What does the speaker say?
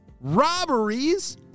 Robberies